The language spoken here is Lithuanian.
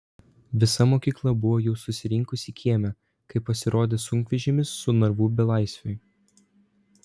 visa mokykla buvo jau susirinkusi kieme kai pasirodė sunkvežimis su narvu belaisviui